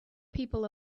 people